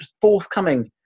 forthcoming